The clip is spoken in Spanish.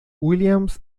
williams